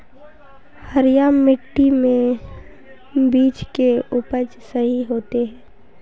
हरिया मिट्टी में बीज के उपज सही होते है?